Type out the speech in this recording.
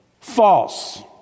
False